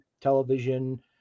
television